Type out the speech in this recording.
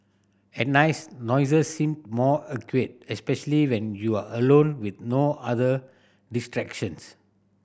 at nights noises seem more acute especially when you are alone with no other distractions